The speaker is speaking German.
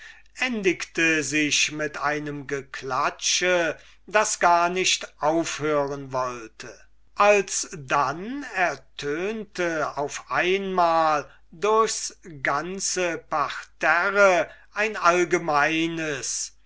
endigte sich mit einem geklatsch das gar nicht aufhören wollte alsdann ertönte auf einmal durchs ganze parterre ein allgemeines